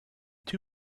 two